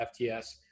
FTS